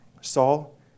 Saul